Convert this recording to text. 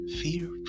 fear